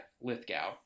Lithgow